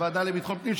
הוועדה לביטחון הפנים,